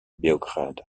beograd